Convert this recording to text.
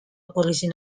origin